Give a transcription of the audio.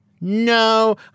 No